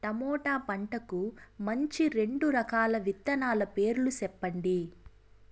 tomato పంటకు మంచి రెండు రకాల విత్తనాల పేర్లు సెప్పండి